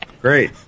Great